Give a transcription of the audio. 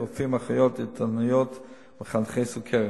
רופאים, אחיות, דיאטניות ומחנכי סוכרת.